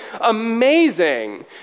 amazing